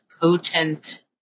potent